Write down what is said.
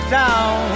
down